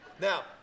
Now